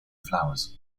flowers